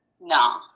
No